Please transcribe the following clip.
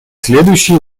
следующие